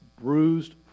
bruised